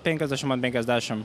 penkiasdešim ant penkiasdešim